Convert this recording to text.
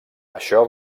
això